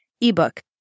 ebook